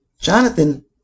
Jonathan